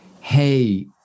hey